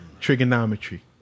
trigonometry